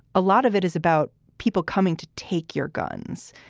a lot of it is about people coming to take your guns.